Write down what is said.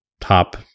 top